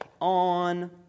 on